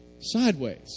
Sideways